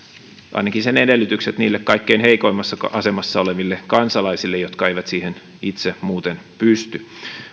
ainakin sen edellytykset niille kaikkein heikoimmassa asemassa oleville kansalaisille jotka eivät siihen itse muuten pysty